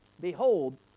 behold